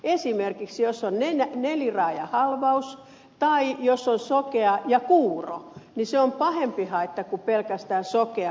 esimerkiksi jos on neliraajahalvaus tai jos on sokea ja kuuro niin se on pahempi haitta kuin pelkästään sokeus